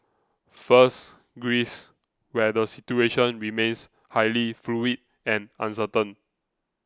first Greece where the situation remains highly fluid and uncertain